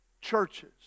churches